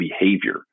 behavior